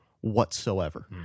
whatsoever